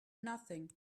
nothing